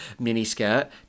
miniskirt